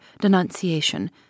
denunciation